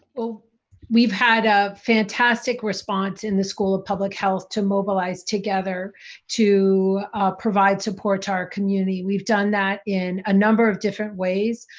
so we've had a fantastic response in the school of public health to mobilize together to provide support to our community. we've done that in a number of different ways.